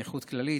נכות כללית,